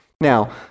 Now